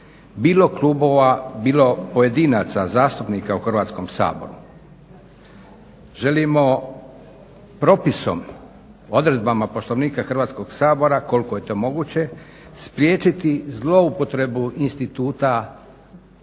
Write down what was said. bilo klubova, bilo pojedinaca zastupnika u Hrvatskom saboru. Želimo propisom odredbama Poslovnika Hrvatskog sabora, koliko je to moguće, spriječiti zloupotrebu instituta,